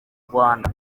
rwanda